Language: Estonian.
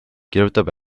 kirjutab